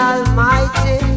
Almighty